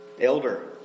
elder